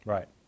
Right